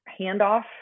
handoff